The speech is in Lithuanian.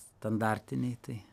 standartiniai tai